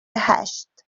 هشت